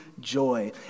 joy